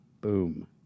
Boom